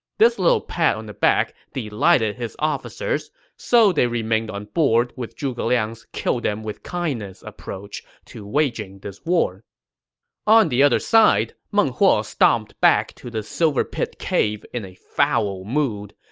this little pat on the back delighted his officers. so they remained on board with zhuge liang's kill-them-with-kindness approach to waging this war on the other side, meng huo stomped back to his silver pit cave in a foul mood.